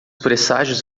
presságios